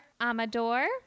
Amador